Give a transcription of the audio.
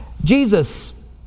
Jesus